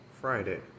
Friday